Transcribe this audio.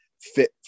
fit